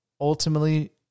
ultimately